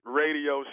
radio